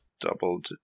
Doubled